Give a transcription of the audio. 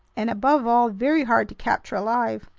and above all very hard to capture alive.